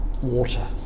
Water